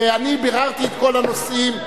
אני ביררתי את כל הנושאים,